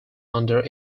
under